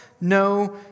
no